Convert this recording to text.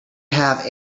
have